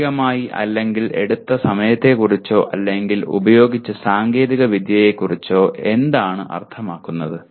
സാമ്പത്തികമായി അല്ലെങ്കിൽ എടുത്ത സമയത്തെക്കുറിച്ചോ അല്ലെങ്കിൽ ഉപയോഗിച്ച സാങ്കേതികവിദ്യയെക്കുറിച്ചോ എന്താണ് അർത്ഥമാക്കുന്നത്